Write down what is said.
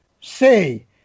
say